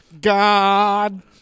god